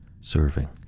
serving